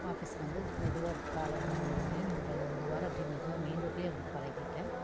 ஆஃபிஸ்க்கு வந்து மெதுவாக அது காலை ஊனி ஊனி ஊனி ஊனி ஒரு ஒரு வாரம் அப்டே மெதுவாக மெயின் ரோட்ல வந்து பழகிட்டேன்